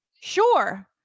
Sure